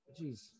Jeez